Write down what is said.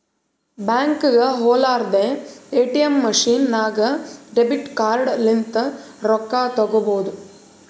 ಬ್ಯಾಂಕ್ಗ ಹೊಲಾರ್ದೆ ATM machine ನಾಗ್ ಡೆಬಿಟ್ ಕಾರ್ಡ್ ಲಿಂತ್ ರೊಕ್ಕಾ ತೇಕೊಬೋದ್